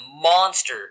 monster